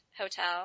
hotel